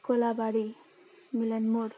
Kolabari Milan Mod